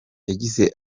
yagize